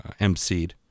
emceed